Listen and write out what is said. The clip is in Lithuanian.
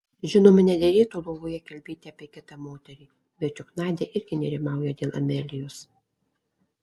žinoma nederėtų lovoje kalbėti apie kitą moterį bet juk nadia irgi nerimauja dėl amelijos